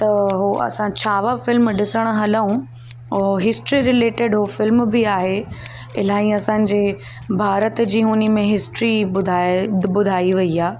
त हो असां छावा फ़िल्म डिसणु हलूं और हिस्ट्री रिलेटिड हूअ फ़िल्म बि आहे इलाही असांजे भारत जी हुन में हिस्ट्री ॿुधाए ॿुधाई वयी आहे